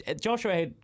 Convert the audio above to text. Joshua